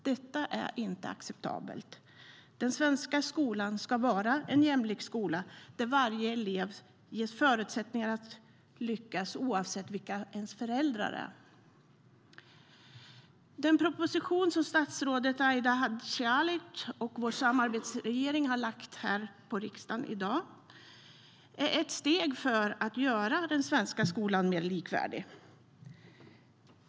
Detta är inte acceptabelt. Den svenska skolan ska vara en jämlik skola där varje elev ges förutsättningar att lyckas oavsett vilka ens föräldrar är. Den proposition som statsrådet Aida Hadzialic och vår samarbetsregering har lagt fram för riksdagen är ett steg mot att göra den svenska skolan mer likvärdig.